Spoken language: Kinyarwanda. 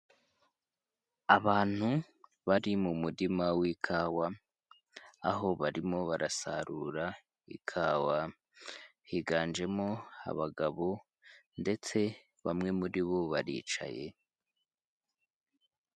Abantu bari mu murima w'ikawa aho barimo barasarura ikawa, higanjemo abagabo ndetse bamwe muri bo baricaye.